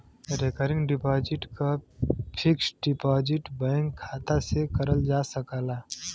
recurring deposit क fixed deposit bank शाखा से करल जा सकला